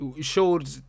showed